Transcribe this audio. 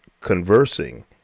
conversing